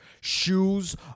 shoes